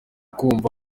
kumva